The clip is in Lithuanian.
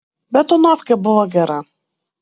betonovkė buvo gera